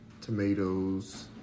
tomatoes